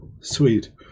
Sweet